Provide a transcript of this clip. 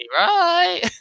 right